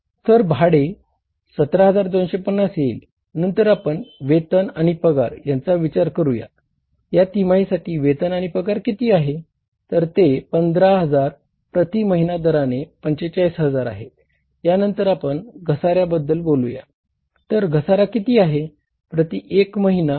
तर भाडे 17250 येईल नंतर आपण वेतन आहे